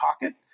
pocket